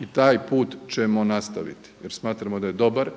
I taj put ćemo nastaviti jer smatramo da je dobar